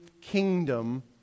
kingdom